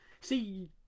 See